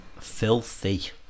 Filthy